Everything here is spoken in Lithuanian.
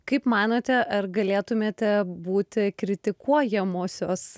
kaip manote ar galėtumėte būti kritikuojamosios